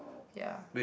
ya